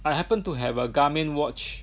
I happen to have a Garmin watch